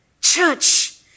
Church